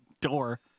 door